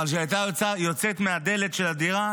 אבל כשהיא הייתה יוצאת מדלת הדירה,